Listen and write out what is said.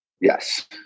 yes